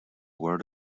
word